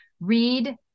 read